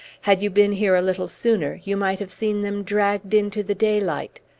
had you been here a little sooner, you might have seen them dragged into the daylight.